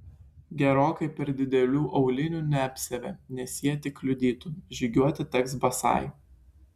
gerokai per didelių aulinių neapsiavė nes jie tik kliudytų žygiuoti teks basai